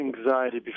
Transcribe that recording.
anxiety